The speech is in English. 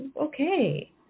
Okay